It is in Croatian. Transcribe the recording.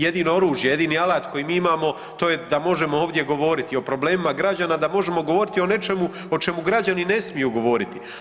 Jedino oružje, jedini alat koji mi imamo da možemo ovdje govoriti o problemima građana da možemo govoriti o nečemu o čemu građani ne smiju govoriti.